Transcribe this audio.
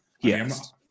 Yes